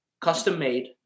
custom-made